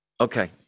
Okay